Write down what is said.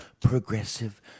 progressive